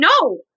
no